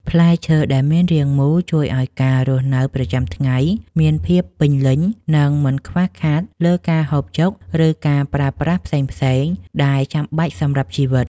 ផ្លែឈើដែលមានរាងមូលជួយឱ្យការរស់នៅប្រចាំថ្ងៃមានភាពពេញលេញ និង មិនខ្វះខាតលើការហូបចុកឬការប្រើប្រាស់ផ្សេងៗដែលចាំបាច់សម្រាប់ជីវិត។